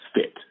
fit